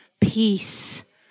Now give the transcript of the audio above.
peace